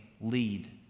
lead